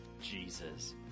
Jesus